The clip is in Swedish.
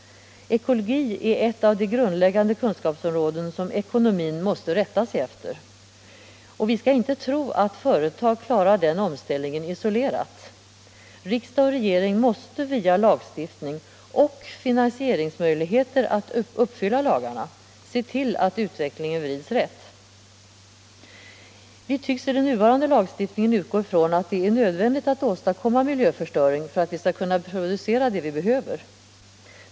Ekologi är ett av de grundläggande kunskapsområden som ekonomin måste rätta sig efter. Vi skall inte tro att företag klarar den omställningen isolerat. Riksdag och regering måste via lagstiftning och finansieringsmöjligheter som gör det möjligt att uppfylla lagarna, se till att utvecklingen vrids rätt. Vi tycks i den nuvarande lagstiftningen utgå ifrån att det är nödvändigt att åstadkomma miljöförstöring för att vi skall kunna producera det vi behöver.